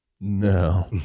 No